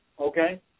okay